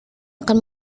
akan